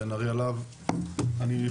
עליו, יושבת ראש הוועדה.